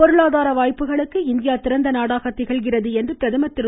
பொருளாதார வாய்ப்புகளுக்கு இந்தியா திறந்த நாடாக திகழ்கிறது என்று பிரதமர் திரு